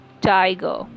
tiger